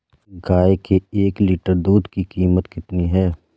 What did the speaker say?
गाय के एक लीटर दूध की कीमत कितनी है?